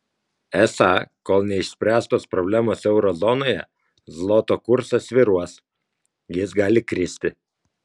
esą kol neišspręstos problemos euro zonoje zloto kursas svyruos jis gali kristi